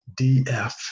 DF